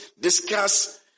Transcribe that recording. discuss